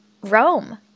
Rome